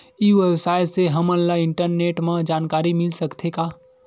ई व्यवसाय से हमन ला इंटरनेट मा जानकारी मिल सकथे का?